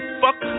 fuck